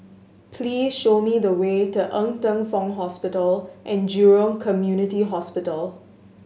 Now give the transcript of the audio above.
please show me the way to Ng Teng Fong Hospital And Jurong Community Hospital